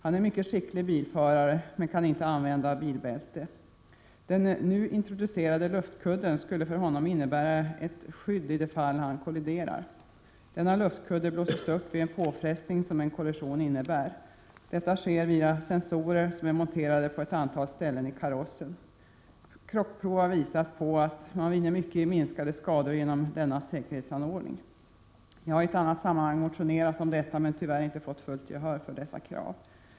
Han är en mycket skicklig bilförare men kan inte använda bilbälte. Den nu introducerade luftkudden skulle för honom innebära ett skydd, ifall han skulle råka ut för en kollision. Denna luftkudde blåses upp vid den påfrestning som en kollision innebär. Detta sker via sensorer monterade på ett antal ställen i karossen. Krockprov har visat att man vinner mycket i minskade skador genom denna säkerhetsanordning. Jag har i ett annat sammanhang motionerat om detta men tyvärr inte fått fullt gehör för dessa krav.